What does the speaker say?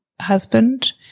husband